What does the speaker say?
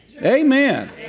Amen